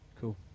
cool